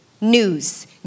news